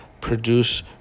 produce